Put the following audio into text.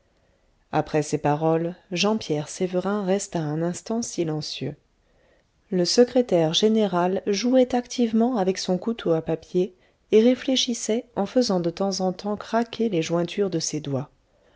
après ces paroles jean pierre sévérin resta un instant silencieux le secrétaire général jouait activement avec son couteau à papier et réfléchissait en faisant de temps en temps craquer les jointures de ses doigts